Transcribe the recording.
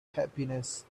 happiness